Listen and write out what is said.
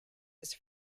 his